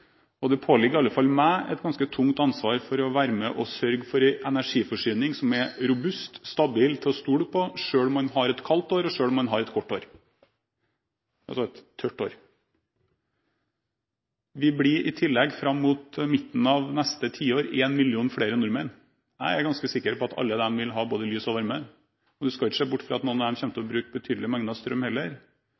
Det påligger i alle fall meg et ganske tungt ansvar for å være med og sørge for en energiforsyning som er robust og stabil, og som er til å stole på, selv om man har et kaldt år, og selv om man har et tørt år. I tillegg blir vi, fram mot midten av neste tiår, en million flere nordmenn. Jeg er ganske sikker på at alle disse vil ha både lys og varme. En skal heller ikke se bort fra at noen av dem kommer til å bruke betydelige mengder strøm.